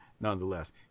nonetheless